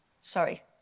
Sorry